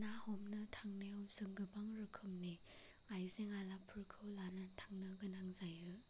ना हमनो थांनायाव जों गोबां रोखोमनि आइजें आयलाफोरखौ लानानै थांनो गोनां जायो